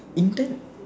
intern